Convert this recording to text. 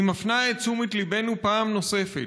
היא מפנה את תשומת ליבנו פעם נוספת